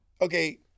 okay